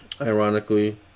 ironically